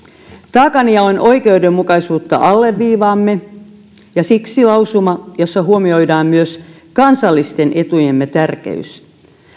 taakanjaon oikeudenmukaisuutta alleviivaamme ja siksi lausuma jossa huomioidaan myös kansallisten etujemme tärkeys